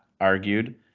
argued